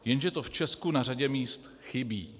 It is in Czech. Jenže to v Česku na řadě míst chybí.